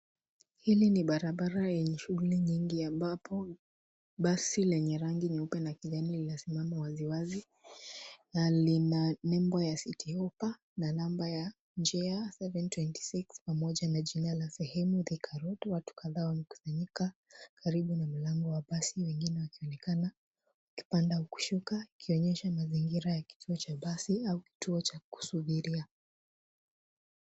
Hili ni barabara yenye shughuli ambapo basi lenye rangi nyeupe na kijana la simama waziwazi na lina nembo ya Citi Hoppa na namba ya njia 726 pamoja na jina la sehemu Thika Road. Watu kadhaa wamekusanyika karibu na mlango wa basi wengine wakionekana wakipanda na kushuka ikionyesha mazingira ya kituo cha basi au kituo cha kusubiria.